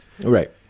Right